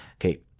Okay